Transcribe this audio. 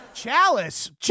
Chalice